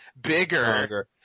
bigger